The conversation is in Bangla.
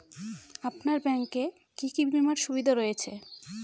আপনার ব্যাংকে কি কি বিমার সুবিধা রয়েছে?